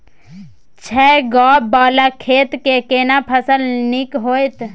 छै ॉंव वाला खेत में केना फसल नीक होयत?